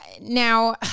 now